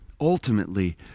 ultimately